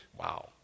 wow